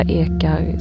ekar